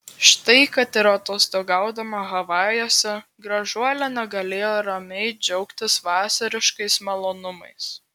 štai kad ir atostogaudama havajuose gražuolė negalėjo ramiai džiaugtis vasariškais malonumais